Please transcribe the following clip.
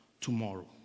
tomorrow